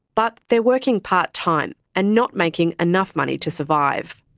but they're working part-time and not making enough money to survive.